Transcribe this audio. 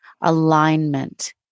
alignment